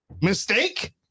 Mistake